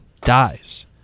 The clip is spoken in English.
dies